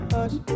Hush